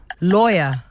lawyer